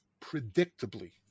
predictably